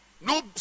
No